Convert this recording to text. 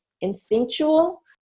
instinctual